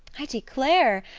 i declare,